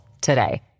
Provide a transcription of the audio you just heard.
today